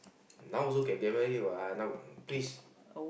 now also can get married what now please